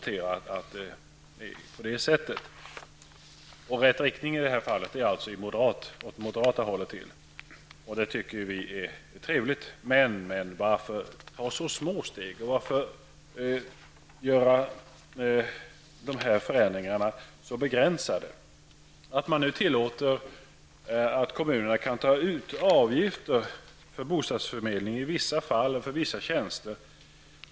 När jag talar om steg i rätt riktning, så menar jag förstås steg åt moderat håll. Vi tycker det är trevligt när så sker. Men varför ta så små steg och göra så begränsade förändringar? Man tillåter nu kommunerna att ta ut avgifter för bostadsförmedling i vissa fall och för vissa tjänster.